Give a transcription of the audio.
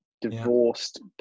divorced